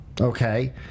Okay